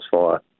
fire